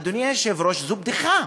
אדוני היושב-ראש, זו בדיחה.